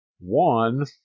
One